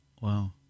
Wow